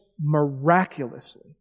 miraculously